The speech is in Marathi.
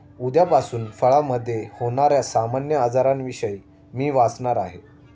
उद्यापासून फळामधे होण्याऱ्या सामान्य आजारांविषयी मी वाचणार आहे